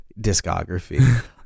discography